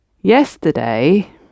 Yesterday